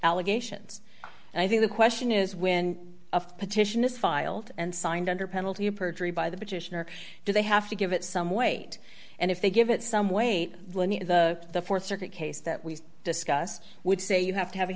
allegations and i think the question is when of petition is filed and signed under penalty of perjury by the petitioner do they have to give it some weight and if they give it some weight the th circuit case that we've discussed would say you have to have